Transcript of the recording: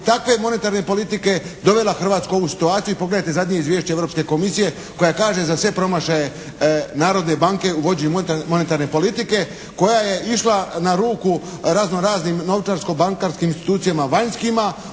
takve monetarne politike dovela Hrvatsku u ovu situaciju i pogledajte zadnje izvješće Europske komisije koja kaže za sve promašaje Narodne banke uvođenje monetarne politike koja je išla na ruku razno-raznim novčarsko-bankarskim institucijama vanjskima,